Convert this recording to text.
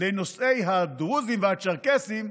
לנושאי הדרוזים והצ'רקסים,